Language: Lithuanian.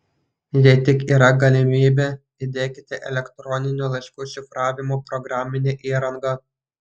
jei tik yra galimybė įdiekite elektroninių laiškų šifravimo programinę įrangą